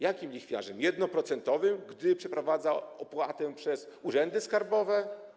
Jakim lichwiarzem? 1-procentowym, gdy przeprowadza opłatę przez urzędy skarbowe?